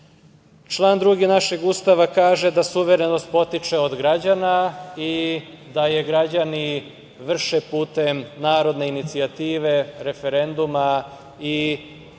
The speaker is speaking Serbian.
2. našeg Ustava kaže da suverenost potiče od građana i da je građani vrše putem narodne inicijative referenduma i